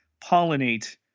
pollinate